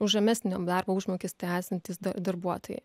už žemesnio darbo užmokestį esantys darbuotojai